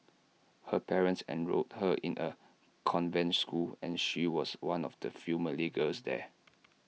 her parents enrolled her in A convent school and she was one of the few Malay girls there